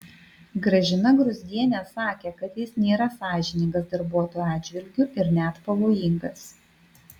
gražina gruzdienė sakė kad jis nėra sąžiningas darbuotojų atžvilgiu ir net pavojingas